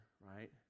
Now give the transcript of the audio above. right